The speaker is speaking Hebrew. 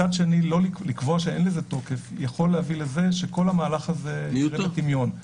מצד שני לקבוע שאין לזה תוקף יכול להביא לכך שכל המהלך הזה ירד לטמיון.